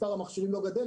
מספר המכשירים לא גדל,